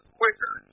quicker